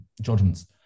judgments